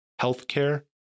healthcare